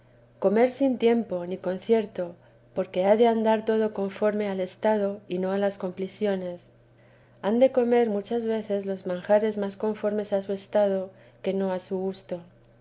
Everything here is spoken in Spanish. comer sin tiempo ni concierto porque ha de andar todo conforme al estado y no las complexiones han de comer muchas veces los manjares más conforme a su estado que no a su gusto